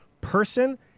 person